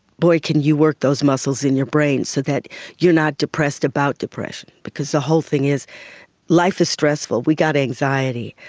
boy, can you work those muscles in your brain so that you're not depressed about depression. because the whole thing is life is stressful, we've got anxiety,